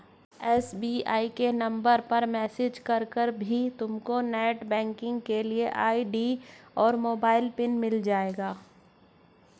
SBI के number पर message करके भी तुमको नेटबैंकिंग के लिए आई.डी और मोबाइल पिन मिल जाएगा